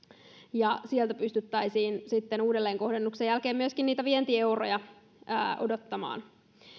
ja sieltä pystyttäisiin sitten uudelleenkohdennuksen jälkeen myöskin niitä vientieuroja odottamaan